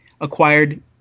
acquired